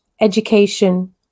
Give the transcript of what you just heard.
education